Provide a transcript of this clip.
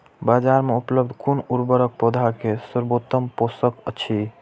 बाजार में उपलब्ध कुन उर्वरक पौधा के सर्वोत्तम पोषक अछि?